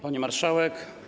Pani Marszałek!